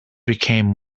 became